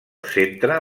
centre